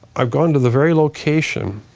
i've gone to the very location